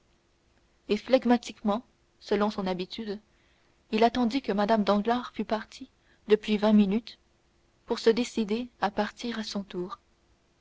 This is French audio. et flegmatiquement selon son habitude il attendit que mme danglars fût partie depuis vingt minutes pour se décider à partir à son tour